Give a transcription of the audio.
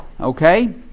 Okay